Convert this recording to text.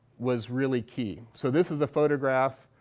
was really key. so this is a photograph.